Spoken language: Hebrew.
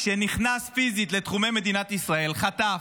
שנכנס פיזית לתחומי מדינת ישראל, חטף,